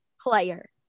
player